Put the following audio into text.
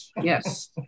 Yes